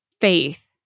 faith